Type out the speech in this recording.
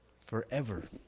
forever